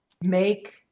make